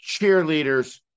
Cheerleaders